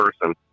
person